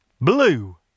Blue